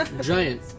Giant